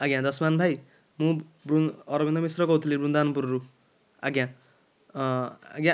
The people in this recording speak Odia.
ଆଜ୍ଞା ଯଶ୍ମାନ ଭାଇ ମୁଁ ମୁଁ ଅରବିନ୍ଦ ମିଶ୍ର କହୁଥିଲି ବୃନ୍ଦାବନପୁରରୁ ଆଜ୍ଞା ଆଜ୍ଞା